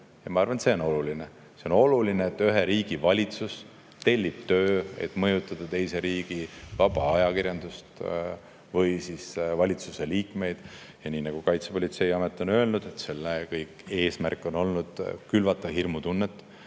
Ma arvan, et see on oluline. See on oluline, et ühe riigi valitsus tellib töö, et mõjutada teise riigi vaba ajakirjandust või valitsuse liikmeid. Nagu Kaitsepolitseiamet on öelnud, selle eesmärk oli külvata hirmutunnet,